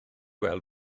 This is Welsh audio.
gweld